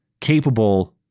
capable